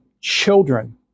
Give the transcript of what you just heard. children